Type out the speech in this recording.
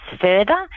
further